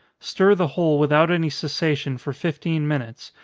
stir the whole without any cessation for fifteen minutes,